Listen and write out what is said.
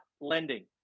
lending